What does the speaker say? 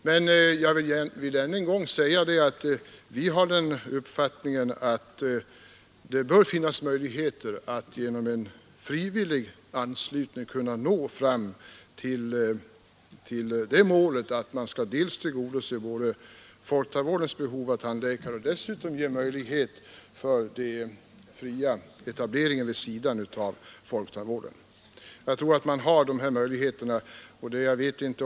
Men jag vill ännu en gång säga att vi har den uppfattningen att det bör finnas förutsättningar att genom en frivillig anslutning nå målet att dels tillgodose folktandvårdens behov av tandläkare, dels ge möjlighet för den fria etableringen vid sidan av folktandvården. Jag tror att dessa förutsättningar finns.